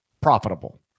profitable